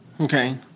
okay